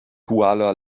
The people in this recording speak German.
kuala